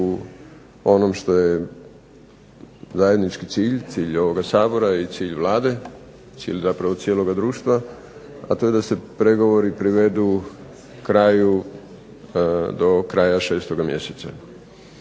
onom što je zajednički cilj, cilj ovoga Sabora i cilj Vlade, cilj zapravo cijeloga društva, a to je da se pregovori privedu kraju do kraja 6. mjeseca,